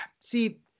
see